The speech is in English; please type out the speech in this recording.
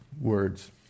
words